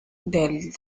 del